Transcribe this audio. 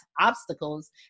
obstacles